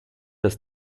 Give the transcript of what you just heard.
das